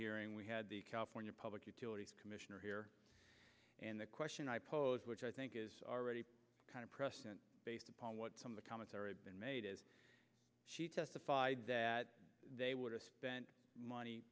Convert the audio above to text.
hearing we had the california public utilities commissioner here and the question i posed which i think is already kind of precedent based upon what some of the commentary been made as she testified that they would have spent money